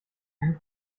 and